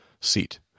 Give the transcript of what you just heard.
seat